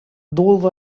those